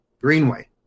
Greenway